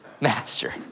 master